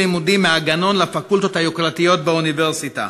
לימודים מהגנון לפקולטות היוקרתיות באוניברסיטה.